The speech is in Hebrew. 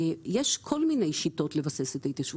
יש כל מיני שיטות לבסס את ההתיישבות.